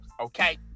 Okay